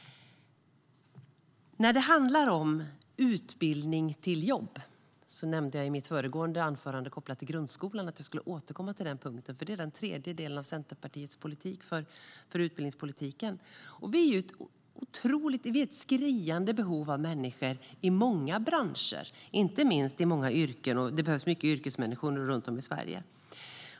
Jag nämnde i mitt anförande om grundskolan att jag skulle återkomma till detta med utbildning till jobb. Det är den tredje delen i Centerpartiets utbildningspolitik. Det finns ett skriande behov av människor i många branscher. Det behövs mycket yrkesmänniskor runt om i Sverige.